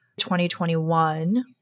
2021